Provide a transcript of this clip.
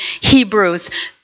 Hebrews